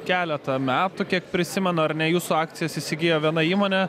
keletą metų kiek prisimenu ar ne jūsų akcijas įsigijo viena įmonė